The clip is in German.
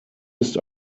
ist